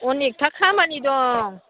अनेकथा खामानि दं